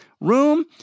room